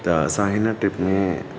त असां हिन ट्रिप में